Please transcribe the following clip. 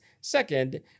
Second